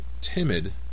timid